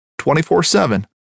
24-7